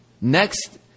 Next